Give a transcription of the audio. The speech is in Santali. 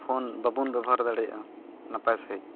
ᱯᱷᱳᱱ ᱵᱟᱵᱚᱱ ᱵᱮᱵᱚᱦᱟᱨ ᱫᱟᱲᱮᱭᱟᱜᱼᱟ ᱱᱟᱯᱟᱭ ᱥᱟᱹᱦᱤᱡ